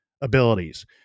abilities